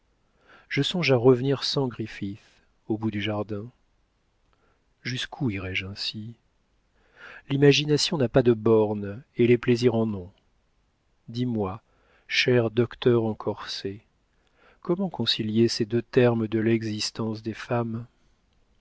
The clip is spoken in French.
je songe à revenir sans griffith au bout du jardin jusqu'où irais-je ainsi l'imagination n'a pas de bornes et les plaisirs en ont dis-moi cher docteur en corset comment concilier ces deux termes de l'existence des femmes